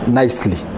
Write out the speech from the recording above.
nicely